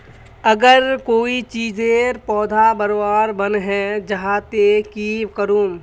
अगर कोई चीजेर पौधा बढ़वार बन है जहा ते की करूम?